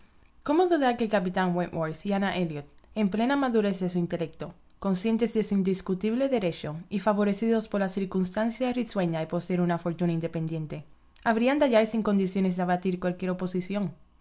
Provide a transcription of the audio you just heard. cómo dudar que el capitá wentworth y ana elliot en plena madurez de so intelecto conscientes de su indiscutible derech y favorecidos por la circunstancia risueña de p seer una fortuna independiente habrían de ha liarse en condiciones de abatir cualquier oposi